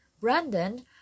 Brandon